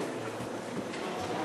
בבקשה.